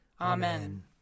Amen